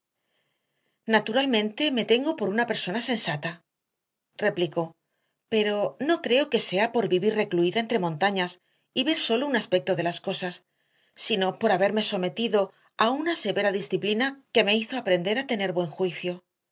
naturalmente me tengo por una persona sensata replicó pero no creo que sea por vivir recluida entre montañas y ver sólo un aspecto de las cosas sino por haberme sometido a una severa disciplina que me hizo aprender a tener buen juicio